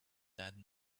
that